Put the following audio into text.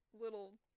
little